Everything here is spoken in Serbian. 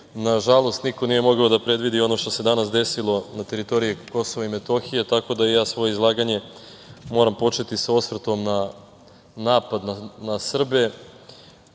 nažalost niko nije mogao da predvidi ono što se danas desilo na teritoriji Kosova i Metohije, tako da ja svoje izlaganje moram početi sa osvrtom na napad na